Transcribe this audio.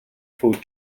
food